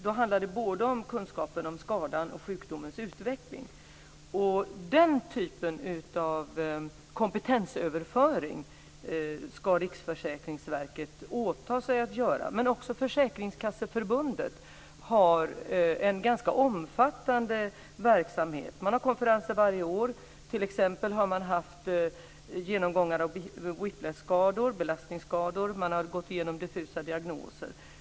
Då handlar det både om kunskapen om skadan och om sjukdomens utveckling. Den typen av kompetensöverföring ska Riksförsäkringsverket åta sig att göra, men också Försäkringskasseförbundet har en ganska omfattande verksamhet. Man har konferenser varje år. T.ex. har man haft genomgångar av whiplash-skador, belastningsskador och man har gått igenom diffusa diagnoser.